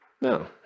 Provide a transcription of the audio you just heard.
No